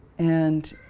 and,